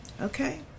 Okay